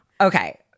Okay